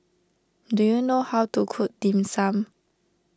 do you know how to cook Dim Sum